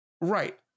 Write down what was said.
Right